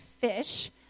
fish